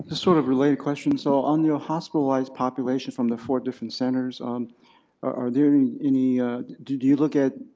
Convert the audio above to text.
sort of related question, so on your hospitalized population from the four different centers um are there any do do you look at